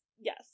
Yes